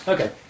Okay